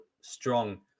strong